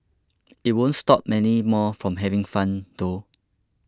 it won't stop many more from having fun though